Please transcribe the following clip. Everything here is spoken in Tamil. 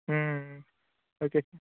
ம் ஓகே சார்